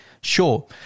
sure